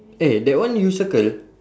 eh that one you circle